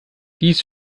dies